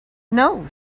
know